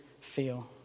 feel